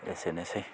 एसेनोसै